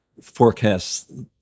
forecasts